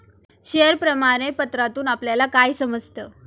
Share प्रमाण पत्रातून आपल्याला काय समजतं?